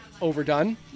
overdone